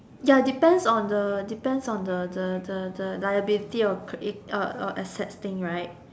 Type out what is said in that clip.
ya depends on the depends on the the the liability of cr~ uh uh assets thing right